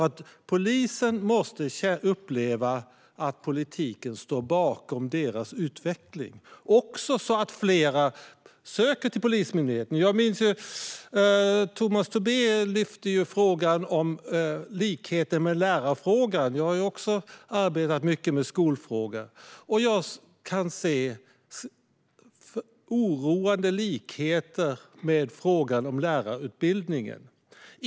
Polisen måste uppleva att politiken står bakom deras utveckling - också för att fler ska söka sig till Polismyndigheten. Tomas Tobé tog upp likheten med lärarfrågan. Jag har också arbetat mycket med skolfrågor, och jag kan se oroande likheter med frågan om lärarutbildningen.